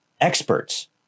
experts